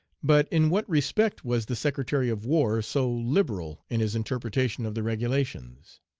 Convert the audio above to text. but in what respect was the secretary of war so liberal in his interpretation of the regulations